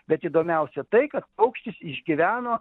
bet įdomiausia tai kad paukštis išgyveno